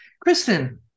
Kristen